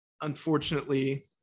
unfortunately